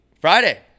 Friday